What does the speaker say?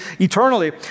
eternally